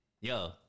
Yo